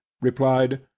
replied